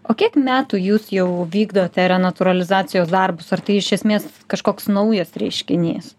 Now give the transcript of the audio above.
o kiek metų jūs jau vykdote renatūralizacijos darbus ar tai iš esmės kažkoks naujas reiškinys